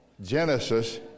Genesis